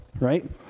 Right